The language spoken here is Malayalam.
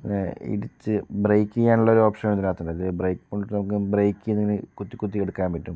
ഇങ്ങനെ ഇടിച്ച് ബ്രെയിക്ക് ചെയ്യാനുള്ള ഓരോപ്ഷൻ ഇതിനകത്തുണ്ട് അത് ബ്രെയിക്ക് പൊയിൻറ്റില് നമുക്ക് ബ്രെയിക്ക് ഇങ്ങനെ കുത്തി കുത്തി എടുക്കാൻ പറ്റും